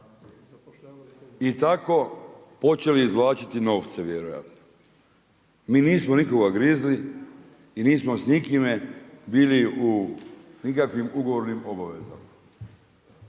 i tako počeli izvlačiti novce vjerojatno. Mi nismo nikoga grizli i nismo s nikime bili u nikakvim ugovornim obavezama,